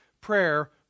prayer